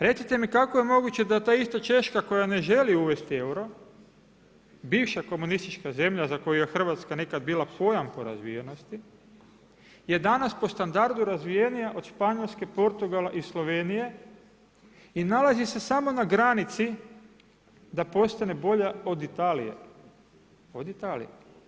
Recite mi kako je moguće da ta ista Češka koja ne želi uvesti euro, bivša komunistička zemlja za koju je Hrvatska nekad bila pojam po razvijenosti je danas po standardu razvijenija od Španjolske, Portugala i Slovenije i nalazi se samo na granici da postane bolja od Italije?